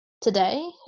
today